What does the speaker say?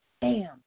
bam